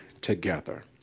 together